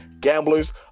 gamblers